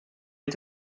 est